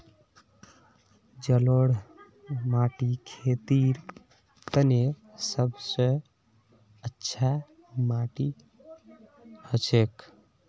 जलौढ़ माटी खेतीर तने सब स अच्छा माटी हछेक